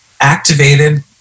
activated